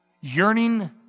yearning